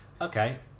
okay